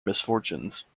misfortunes